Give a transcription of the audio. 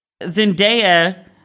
Zendaya